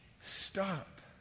stop